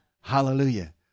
Hallelujah